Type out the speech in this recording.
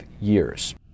years